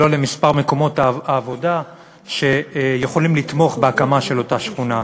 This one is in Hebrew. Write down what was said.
לא למספר מקומות העבודה שיכולים לתמוך בהקמה של אותה שכונה.